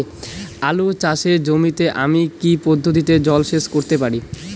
আলু চাষে জমিতে আমি কী পদ্ধতিতে জলসেচ করতে পারি?